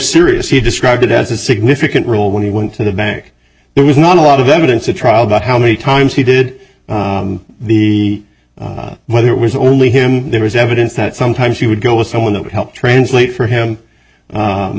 serious he described it as a significant rule when he went to the bank there was not a lot of evidence at trial about how many times he did the whether it was only him there was evidence that sometimes he would go with someone that would help translate for him